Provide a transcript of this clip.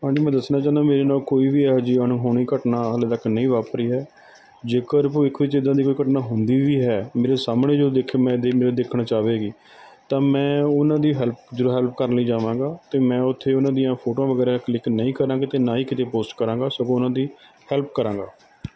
ਹਾਂਜੀ ਮੈਂ ਦੱਸਣਾ ਚਾਹੁੰਦਾ ਮੇਰੇ ਨਾਲ ਕੋਈ ਵੀ ਇਹੋ ਜੀ ਅਣਹੋਣੀ ਘਟਨਾ ਹਲੇ ਤੱਕ ਨਹੀਂ ਵਾਪਰੀ ਹੈ ਜੇਕਰ ਭਵਿੱਖ ਵਿੱਚ ਇੱਦਾਂ ਦੀ ਕੋਈ ਘਟਨਾ ਹੁੰਦੀ ਵੀ ਹੈ ਮੇਰੇ ਸਾਹਮਣੇ ਜੋ ਦੇਖੇ ਮੈਂ ਦ ਮੈਂ ਦੇਖਣਾ ਚਾਹਵੇਗੀ ਤਾਂ ਮੈਂ ਉਹਨਾਂ ਦੀ ਹੈਲਪ ਜੋ ਹੈਲਪ ਕਰਨ ਲਈ ਜਾਵਾਂਗਾ ਅਤੇ ਮੈਂ ਉੱਥੇ ਉਹਨਾਂ ਦੀਆਂ ਫੋਟੋਆਂ ਵਗੈਰਾ ਕਲਿੱਕ ਨਹੀਂ ਕਰਾਂਗਾ ਅਤੇ ਨਾ ਹੀ ਕਿਤੇ ਪੋਸਟ ਕਰਾਂਗਾ ਸਗੋਂ ਉਹਨਾਂ ਦੀ ਹੈਲਪ ਕਰਾਂਗਾ